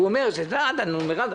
הוא אומר: זה עד הנומרטור.